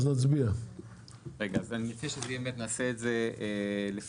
מציע שנעשה את זה לפי